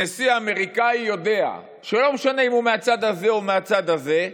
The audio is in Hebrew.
נשיא אמריקאי יודע שלא משנה אם הוא מהצד הזה או מהצד הזה,